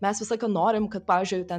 mes visą laiką norim kad pavyzdžiui ten